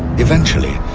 eventually,